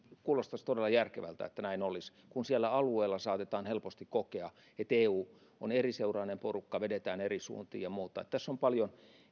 kuulostaisi todella järkevältä että näin olisi koska siellä alueella saatetaan helposti kokea että eu on eriseurainen porukka vedetään eri suuntiin ja muuta tässä on paljon